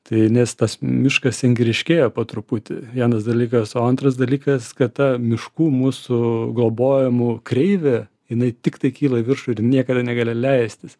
tai nes tas miškas ryškėja po truputį vienas dalykas o antras dalykas kad ta miškų mūsų globojamų kreivė jinai tiktai kyla į viršų ir niekada negali leistis